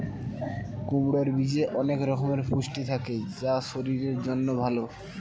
কুমড়োর বীজে অনেক রকমের পুষ্টি থাকে যা শরীরের জন্য ভালো